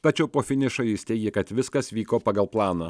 tačiau po finišo jis teigė kad viskas vyko pagal planą